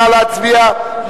נא להצביע.